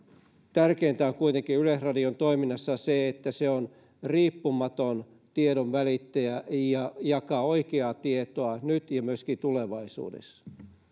tärkeintä kuitenkin on yleisradion toiminnassa se että se on riippumaton tiedonvälittäjä ja jakaa tietoa nyt ja myöskin tulevaisuudessa